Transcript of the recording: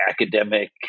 academic